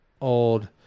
old